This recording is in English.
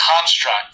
construct